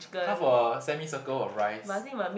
half a semi circle of rice